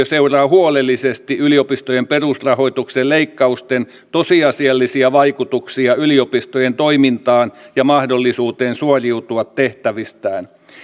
seuraa huolellisesti yliopistojen perusrahoituksen leikkausten tosiasiallisia vaikutuksia yliopistojen toimintaan ja mahdollisuuteen suoriutua tehtävistään